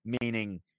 meaning